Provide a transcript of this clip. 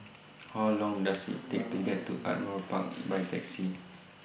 How Long Does IT Take to get to Ardmore Park By Taxi